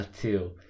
two